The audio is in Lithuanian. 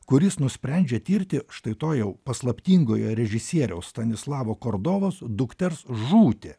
kuris nusprendžia tirti štai to jau paslaptingojo režisieriaus stanislavo kordovos dukters žūtį